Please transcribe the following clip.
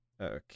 Okay